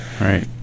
right